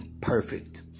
perfect